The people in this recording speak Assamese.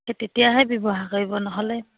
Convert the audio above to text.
সেই তেতিয়াহে ব্যৱহাৰ কৰিব নহ'লে